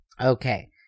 Okay